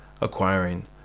acquiring